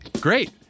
Great